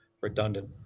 redundant